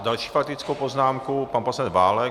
Další faktickou poznámku, pan poslanec Válek.